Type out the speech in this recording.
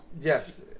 Yes